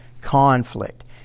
conflict